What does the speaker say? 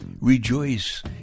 rejoice